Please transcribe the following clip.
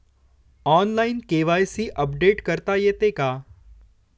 Online KYC update करता येते का?